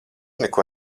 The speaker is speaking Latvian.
neko